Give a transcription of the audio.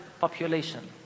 population